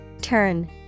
Turn